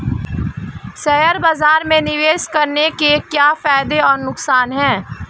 Share बाज़ार में निवेश करने के क्या फायदे और नुकसान हैं?